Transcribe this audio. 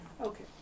Okay